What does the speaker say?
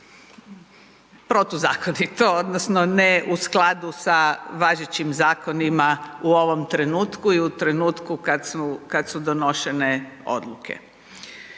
protuzakonito odnosno ne u skladu sa važećim zakonima u ovom trenutku i u trenutku kada su donošene odluke.